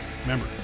Remember